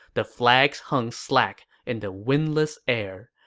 the flags hung slack in the windless air.